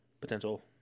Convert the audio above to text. potential